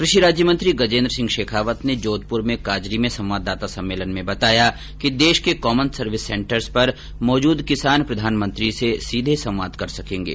कृषि राज्यमंत्री गजेन्द्र सिंह शेखावत र्न जोधपुर में काजरी में संवाददाता सम्मेलन में बताया कि देश के कॉमन सर्विस सेन्टर्स पर मौजूद किसान प्रधानमंत्री से सीधे संवाद कर सकेंगे